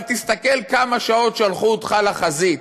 אבל תסתכל כמה שעות שלחו אותך לחזית,